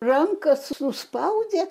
rankas suspaudę